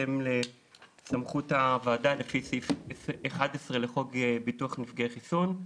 בהתאם לסמכות הוועדה לפי סעיף 11 לחוק ביטוח נפגעי חיסון.